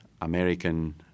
American